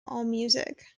allmusic